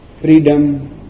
freedom